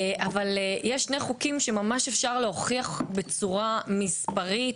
אבל יש שני חוקים שממש אפשר להוכיח בצורה מספרית